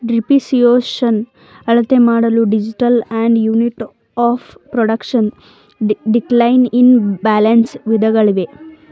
depreciation ಅಳತೆಮಾಡಲು digital and unit of production, decline in balance ವಿಧಾನಗಳಿವೆ